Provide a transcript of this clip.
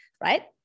right